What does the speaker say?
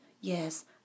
Yes